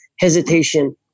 hesitation